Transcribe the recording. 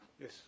Yes